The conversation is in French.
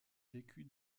vécu